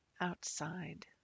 outside